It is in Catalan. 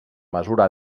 mesura